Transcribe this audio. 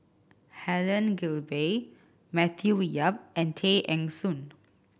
Helen Gilbey Matthew Yap and Tay Eng Soon